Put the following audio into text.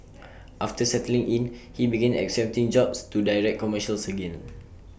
after settling in he began accepting jobs to direct commercials again